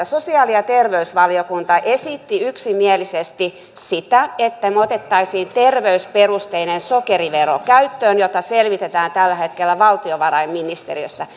sosiaali ja terveysvaliokunta esitti yksimielisesti sitä että me ottaisimme terveysperusteisen sokeriveron käyttöön jota selvitetään tällä hetkellä valtiovarainministeriössä